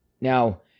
Now